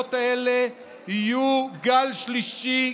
הבחירות האלה יהיו גל שלישי,